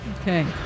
Okay